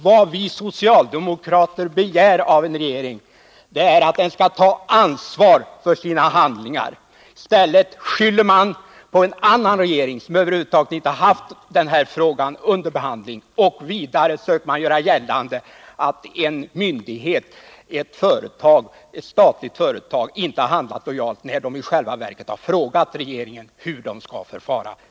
Vad vi socialdemokrater begär av en regering är att den skall ta ansvar för sina handlingar. I stället skyller man på en annan regering, som över huvud taget inte haft den här frågan under behandling. Vidare försöker man göra gällande att ett statligt företag inte har handlat lojalt, när företaget i själva verket har frågat regeringen hur det skall förfara.